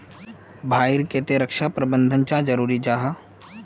भाई ईर केते रक्षा प्रबंधन चाँ जरूरी जाहा?